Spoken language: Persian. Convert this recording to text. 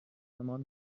آسمان